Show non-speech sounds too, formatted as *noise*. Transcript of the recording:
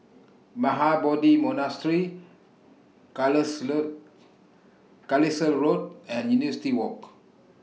Mahabodhi Monastery *unintelligible* Carlisle Road and University Walk